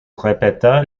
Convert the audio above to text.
répéta